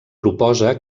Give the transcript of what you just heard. proposa